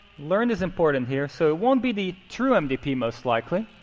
learned is important here. so it won't be the true mdp, most likely.